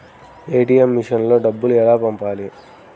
ATM మెషిన్లో డబ్బులు ఎలా పంపాలి?